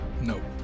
No